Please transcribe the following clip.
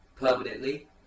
Permanently